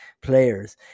players